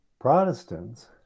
protestants